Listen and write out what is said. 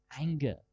Anger